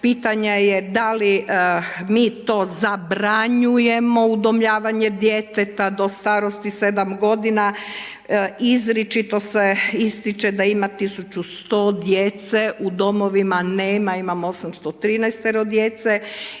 pitanja je da li mi to zabranjujemo udomljavanje djeteta do starosti 7. godina, izričito se ističe da ima 1100 djece u domovima, nema, imamo 813 djece,